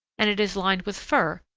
and it is lined with fur,